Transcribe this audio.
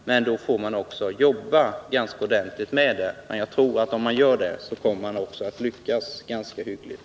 Man får visserligen också jobba ordentligt med detta, men jag tror att om man gör det så kommer man också att lyckas ganska hyggligt.